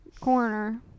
Corner